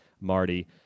Marty